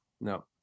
no